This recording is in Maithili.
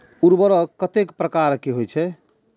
उर्वरक कतेक प्रकार के होई छै?